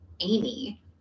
Amy